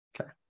Okay